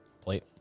plate